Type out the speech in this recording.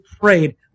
prayed